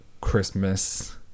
Christmas